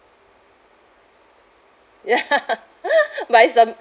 ya but it's the